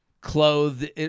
clothed